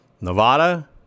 Nevada